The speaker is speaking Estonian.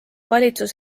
valitsus